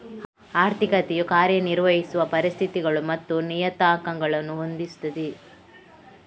ಆರ್ಥಿಕತೆಯು ಕಾರ್ಯ ನಿರ್ವಹಿಸುವ ಪರಿಸ್ಥಿತಿಗಳು ಮತ್ತು ನಿಯತಾಂಕಗಳನ್ನು ಹೊಂದಿಸುತ್ತದೆ